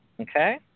Okay